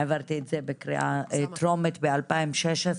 בקריאה טרומיתב-2016,